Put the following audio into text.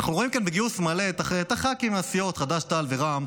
אנחנו רואים כאן בגיוס מלא את הח"כים מהסיעות חד"ש-תע"ל ורע"מ.